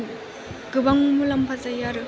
गोबां मुलाम्फा जायो आरो